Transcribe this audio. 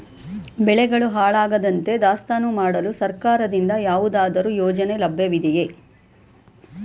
ಬೆಳೆಗಳು ಹಾಳಾಗದಂತೆ ದಾಸ್ತಾನು ಮಾಡಲು ಸರ್ಕಾರದಿಂದ ಯಾವುದಾದರು ಯೋಜನೆ ಲಭ್ಯವಿದೆಯೇ?